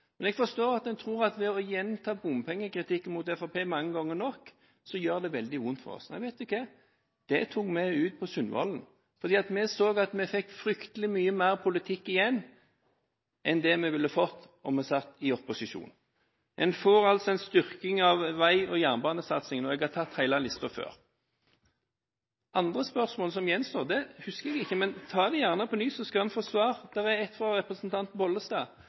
men jeg forstår at en tror at ved å gjenta bompengekritikken mot Fremskrittspartiet mange nok ganger, så gjør det veldig vondt for oss. Men vet du hva: Dette tok vi ut på Sundvolden, for vi så at vi fikk fryktelig mye mer politikk igjen enn det vi ville fått om vi satt i opposisjon. En får altså en styrking av vei- og jernbanesatsingen, og jeg har tatt hele den listen før. Andre spørsmål som gjenstår, husker jeg ikke, men ta dem gjerne på ny, så skal en få svar. Det var et spørsmål fra